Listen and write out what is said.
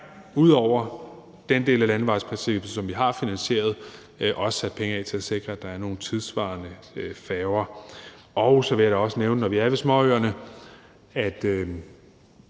ud over den del af landevejsprincippet, som vi har finansieret, også sat penge af til at sikre, at der er nogle tidssvarende færger. Så vil jeg da også nævne, når vi er ved småøerne, at